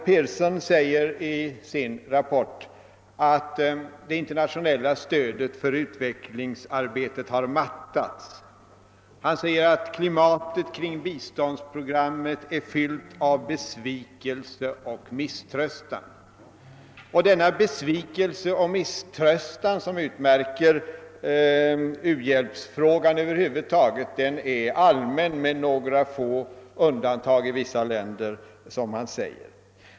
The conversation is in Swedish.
Pearson säger i sin rapport att det internationella stödet för utvecklingsarbetet har mattats och att klimatet kring biståndsprogrammet är fyllt av besvikelse och misströstan. Och denna besvikelse och misströstan, som utmärker u-hjälpsfrågan över huvud taget, är allmän med några få undantag i vissa länder, framhåller han.